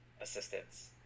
assistance